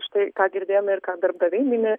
štai ką girdėjome ir ką darbdaviai mini